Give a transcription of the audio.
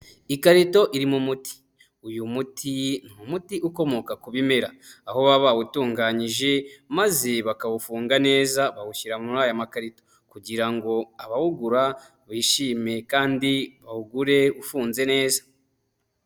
Ikarito iri mu muti uyu muti ni umuti ukomoka ku bimera aho baba bawutunganyije maze bakawufunga neza bawushyira muri aya makarita kugira ngo abawugura uyishimiye kandi bawugure ufunze neza .